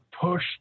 push